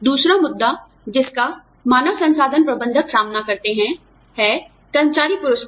दूसरा मुद्दा जिसका मानव संसाधन प्रबंधक सामना करते हैं है कर्मचारी पुरस्कार